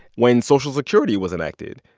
when social security was enacted,